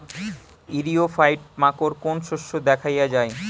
ইরিও ফাইট মাকোর কোন শস্য দেখাইয়া যায়?